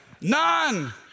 None